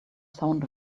sound